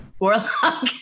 Warlock